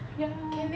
ya